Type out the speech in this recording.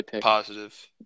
positive